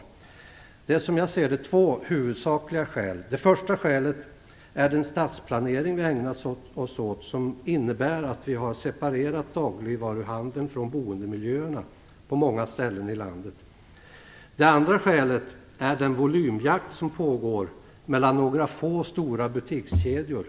Det finns som jag ser det två huvudsakliga skäl. Det första är skälet är den stadsplanering som vi har ägnat oss åt och som innebär att vi har separerat dagligvaruhandeln från boendemiljöerna på många ställen i landet. Det andra skälet är den volymjakt som pågår mellan några få stora butikskedjor.